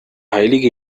heilige